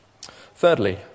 Thirdly